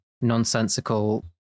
nonsensical